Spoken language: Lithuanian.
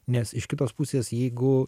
nes iš kitos pusės jeigu